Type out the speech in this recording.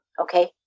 okay